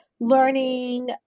learning